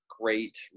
great